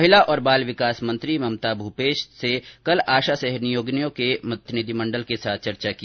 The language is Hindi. महिला और बाल विकास मंत्री ममता भूपेश से कल आशा सहयोगीनियों के प्रतिनिधिमंडल के साथ चर्चा की